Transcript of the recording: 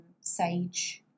sage